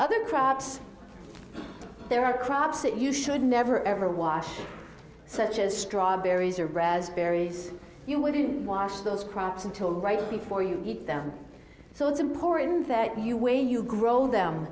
other crops there are crops that you should never ever wash such as strawberries or raspberries you wouldn't wash those crops until right before you eat them so it's important that you when you grow them